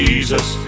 Jesus